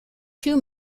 two